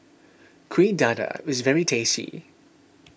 Kuih Dadar is very tasty